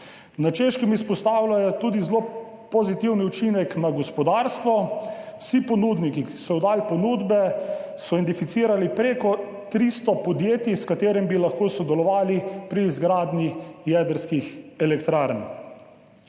Na Češkem izpostavljajo tudi zelo pozitiven učinek na gospodarstvo. Z vsemi ponudniki, ki so oddali ponudbe, so identificirali prek 300 podjetij, s katerimi bi lahko sodelovali pri izgradnji jedrskih elektrarn.